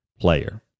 player